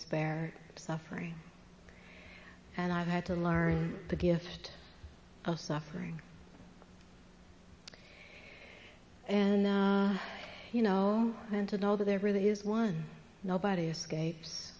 spare suffering and i've had to learn the gift of suffering and you know and to know that there really is one nobody escapes